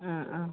ആ ആ